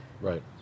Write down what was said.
Right